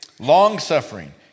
long-suffering